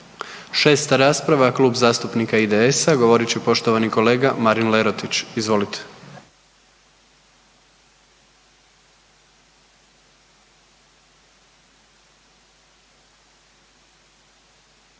Šesta rasprava, Klub zastupnika IDS-a, govorit će poštovani kolega Marin Lerotić, izvolite.